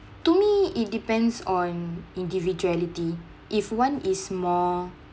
to me it depends on individuality if one is more